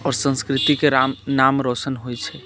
आओर संस्कृतिके राम नाम रोशन होइत छै